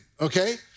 Okay